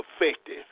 effective